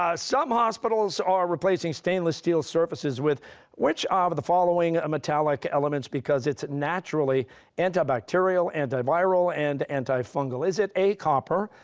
ah some hospitals are replacing stainless steel surfaces with which ah of the following metallic elements, because it's naturally antibacterial, antiviral, and antifungal? is it a copper,